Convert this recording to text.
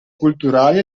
culturali